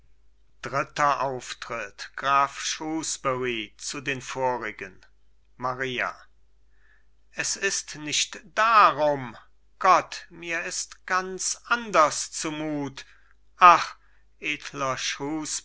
zu erscheinen graf shrewsbury zu den vorigen maria es ist nicht darum gott mir ist ganz anders zumut ach edler